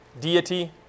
deity